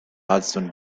hudson